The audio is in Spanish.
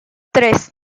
tres